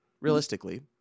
realistically